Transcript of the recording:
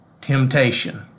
temptation